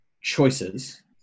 choices